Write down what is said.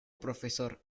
profesor